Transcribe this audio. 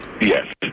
Yes